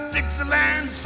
Dixieland